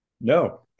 No